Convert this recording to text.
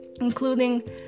including